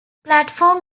platform